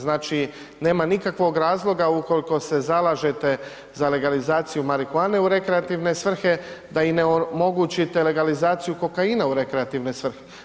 Znači, nema nikakvog razloga ukolko se zalažete za legalizaciju marihuane u rekreativne svrhe da im ne omogućite legalizaciju kokaina u rekreativne svrhe.